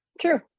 true